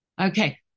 Okay